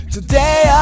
Today